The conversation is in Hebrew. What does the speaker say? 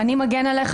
אני מגן עליך,